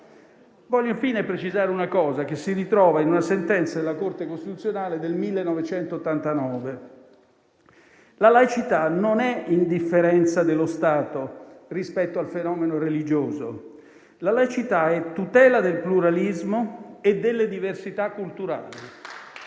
Voglio infine precisare un punto che si ritrova in una sentenza della Corte costituzionale del 1989: la laicità non è indifferenza dello Stato rispetto al fenomeno religioso, ma tutela del pluralismo e delle diversità culturali.